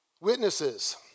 Witnesses